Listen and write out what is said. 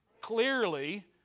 clearly